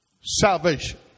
salvation